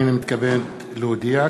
הנני מתכבד להודיע,